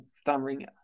stammering